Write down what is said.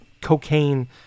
cocaine